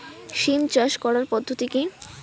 সিম চাষ করার পদ্ধতি কী?